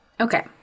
Okay